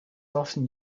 often